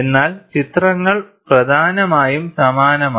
എന്നാൽ ചിത്രങ്ങൾ പ്രധാനമായും സമാനമാണ്